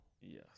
Yes